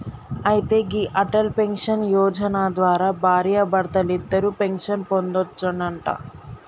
అయితే గీ అటల్ పెన్షన్ యోజన ద్వారా భార్యాభర్తలిద్దరూ పెన్షన్ పొందొచ్చునంట